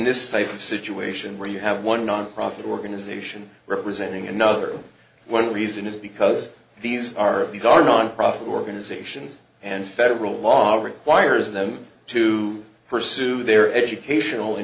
this type of situation where you have one nonprofit organization representing another one reason is because these are these are nonprofit organizations and federal law requires them to pursue their educational